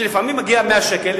שלפעמים הוא מגיע ל-100 שקל,